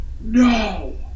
no